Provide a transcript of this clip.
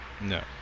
No